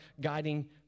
guiding